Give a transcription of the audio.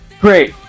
Great